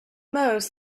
most